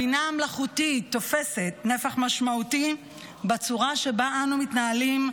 הבינה המלאכותית תופסת נפח משמעותי בצורה שבה אנחנו מתנהלים,